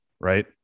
right